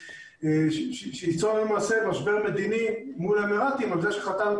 מה שייצור משבר מדיני מול האמיראתים על זה שחתמת